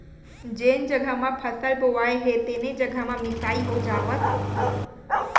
जेन जघा म फसल बोवाए हे तेने जघा म मिसाई हो जावत हे